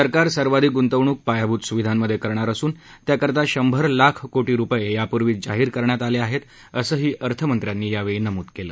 सरकार सर्वाधिक ग्ंतवणूक पायाभूत स्विधांमध्ये करणार असून त्याकरता शंभर लाख कोटी रुपये याप्र्वीच जाहीर करण्यात आले आहेत असंही अर्थमंत्र्यांनी यावेळी नम्द केलं